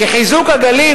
כי חיזוק הגליל,